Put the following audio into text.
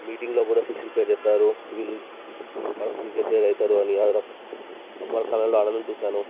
మీటింగ్లో కూడా సుశీల్ పేరు చెప్పారు వాడు ఒక క్రికెట్ ప్లేయర్ అయితాడు అని అప్పుడు వాడి కళ్ళల్లో ఆనందం చూశాను